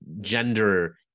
gender